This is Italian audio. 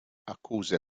accuse